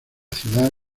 ciudad